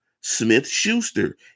Smith-Schuster